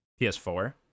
ps4